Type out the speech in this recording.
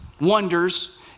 wonders